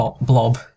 blob